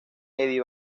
eddie